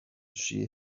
she